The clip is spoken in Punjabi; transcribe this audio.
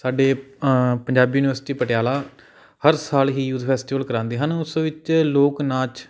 ਸਾਡੇ ਪੰਜਾਬੀ ਯੂਨੀਵਰਸਿਟੀ ਪਟਿਆਲਾ ਹਰ ਸਾਲ ਹੀ ਯੂਥ ਫੈਸਟੀਵਲ ਕਰਵਾਉਂਦੇ ਹਨ ਉਸ ਵਿੱਚ ਲੋਕ ਨਾਚ